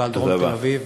ועל דרום תל-אביב,